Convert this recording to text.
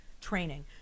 training